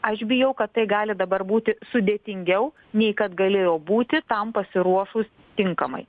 aš bijau kad tai gali dabar būti sudėtingiau nei kad galėjo būti tam pasiruošus tinkamai